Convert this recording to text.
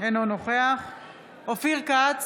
אינו נוכח אופיר כץ,